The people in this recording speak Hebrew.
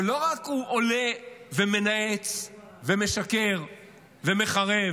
ולא רק שהוא עולה ומנאץ ומשקר ומחרב,